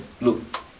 look